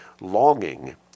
longing